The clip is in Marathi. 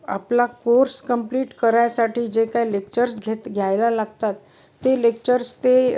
आपला कोर्स कम्प्लीट करायसाठी जे काय लेक्चर्स घेत घ्यायला लागतात ते लेक्चर्स ते